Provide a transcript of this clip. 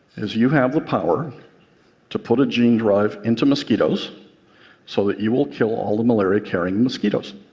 is you have the power to put a gene drive into mosquitoes so that you will kill all the malaria-carrying mosquitoes.